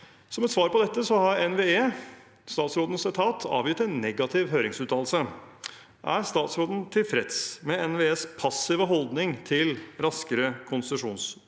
Som svar på dette har NVE, statsrådens etat, avgitt en negativ høringsuttalelse. Er statsråden tilfreds med NVEs passive holdning til raskere konsesjonsprosesser,